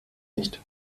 nicht